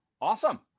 awesome